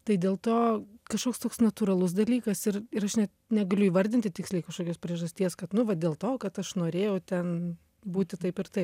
tai dėl to kažkoks toks natūralus dalykas ir ir aš net negaliu įvardinti tiksliai kažkokios priežasties kad nu va dėl to kad aš norėjau ten būti taip ir taip